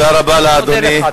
אני מודה לך.